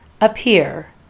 appear